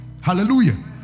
Hallelujah